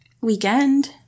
Weekend